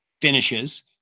finishes